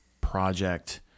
project